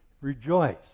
Rejoice